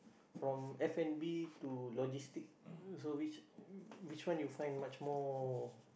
from F-and-B to logistic so which which one you find much more